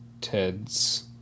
Ted's